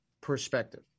perspective